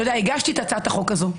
הגשתי את הצעת החוק הזו.